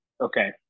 Okay